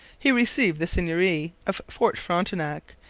he received the seigneury of fort frontenac,